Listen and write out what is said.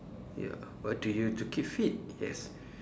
ya what do you to keep fit yes